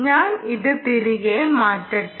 ഞാൻ ഇത് തിരികെ മാറ്റട്ടെ